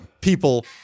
people